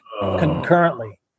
concurrently